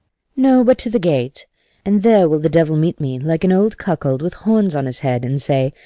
no but to the gate and there will the devil meet me, like an old cuckold, with horns on his head, and say,